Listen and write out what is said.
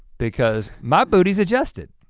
because my booty's adjusted.